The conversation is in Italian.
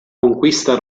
conquista